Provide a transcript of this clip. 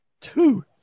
Two